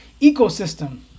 ecosystem